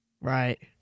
Right